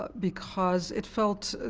because it felt, ah